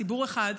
ציבור אחד.